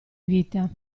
vita